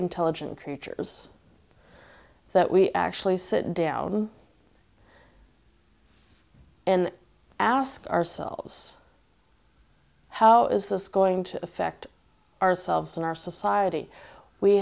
intelligent creatures that we actually sit down and ask ourselves how is this going to affect ourselves in our society we